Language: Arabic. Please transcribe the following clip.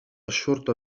الشرطة